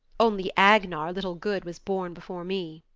only agnar little-good was born before me.